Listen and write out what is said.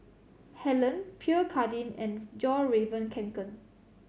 Helen Pierre Cardin and Fjallraven Kanken